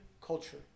culture